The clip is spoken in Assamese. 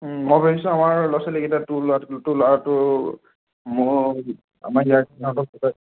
মই ভাবিছোঁ আমাৰ ল'ৰা ছোৱালী দুটা তোৰ ল'ৰাটো তোৰ ল'ৰাটো মোৰ আমাৰ ইয়াৰ ইহঁতৰ